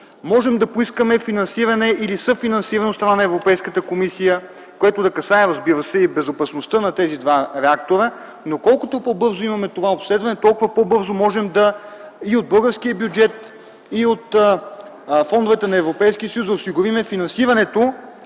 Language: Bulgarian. можем ли да поискаме финансиране или съфинансиране от страна на Европейската комисия, което разбира се да касае безопасността на тези два реактора. Но колкото по-бързо имаме това обследване, толкова по-бързо можем и от българския бюджет, и от фондовете на Европейския съюз да осигурим финансирането